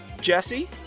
Jesse